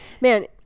man